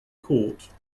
court